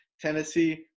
Tennessee